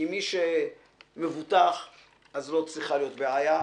כי מי שמבוטח, לא צריכה להיות בעיה.